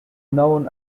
known